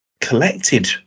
collected